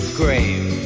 grave